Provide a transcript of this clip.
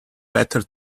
better